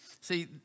See